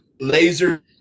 Laser